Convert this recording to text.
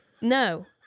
No